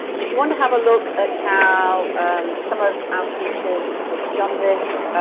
if you wanna have a look at how some of our teachers have done this